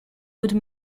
would